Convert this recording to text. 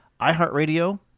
iHeartRadio